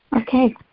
Okay